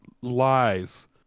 lies